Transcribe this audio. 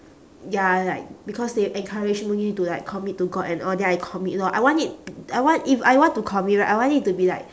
ya like because they encouraging me to like commit to god and all then I commit lor I want it I want if I want to commit right I want it to be like